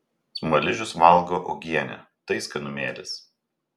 smaližius valgo uogienę tai skanumėlis